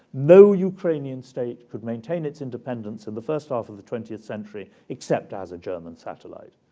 no ukrainian state could maintain its independence in the first half of the twentieth century except as a german satellite.